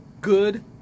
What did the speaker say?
good